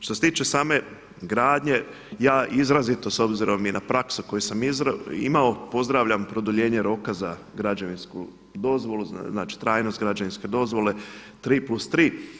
Što se tiče same gradnje, ja izrazito s obzirom i na praksu koju sam imao pozdravljam produljenje roka za građevinsku dozvolu, znači trajnost građevinske dozvole tri plus tri.